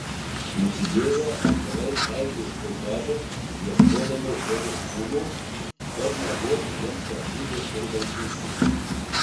nusidėję angelai klaidžioja po žemę ieškodami žmonių kūnų kad neduotų jiems ramybės ir valdytų